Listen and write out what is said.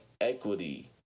equity